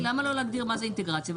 למה לא להגדיר מה זה אינטגרציה.